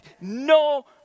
no